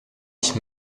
ich